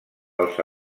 als